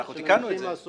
אבל אנחנו תיקנו את זה.